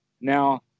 Now